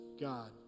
God